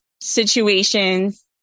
situations